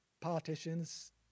politicians